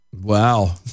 Wow